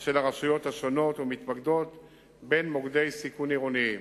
של הרשויות השונות ומתמקד במוקדי סיכון עירוניים.